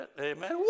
Amen